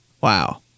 Wow